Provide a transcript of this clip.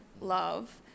love